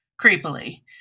Creepily